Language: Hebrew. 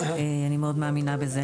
אני מאוד מאמינה בזה.